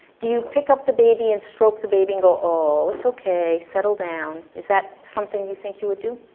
do you pick up the baby and stroke the baby and go oh it's okay, settle down. is that something you think you would do?